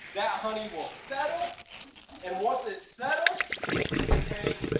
that honey will settle and once it settles you can take